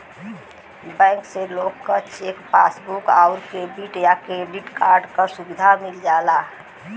bank से लोग क चेक, पासबुक आउर डेबिट या क्रेडिट कार्ड क सुविधा मिल जाला